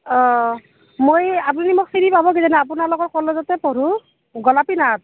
অঁ মই আপুনি মোক চিনি পাব কিজানি অপোনালোকৰ কলেজতে পঢ়োঁ গোলাপী নাথ